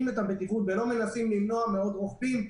את הבטיחות ולא מנסים למנוע עוד רוכבים.